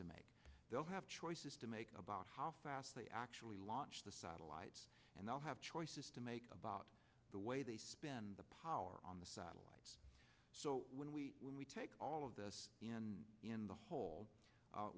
to make they'll have choices to make about how fast they actually launch the satellites and they'll have choices to make about the way they spend the power on the satellite so when we when we take all of us in the whole